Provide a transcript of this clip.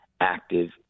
active